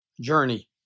journey